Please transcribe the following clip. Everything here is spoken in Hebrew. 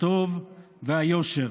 הטוב והיושר.